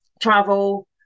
travel